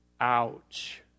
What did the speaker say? Ouch